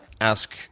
ask